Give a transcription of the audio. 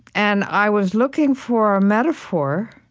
and i was looking for a metaphor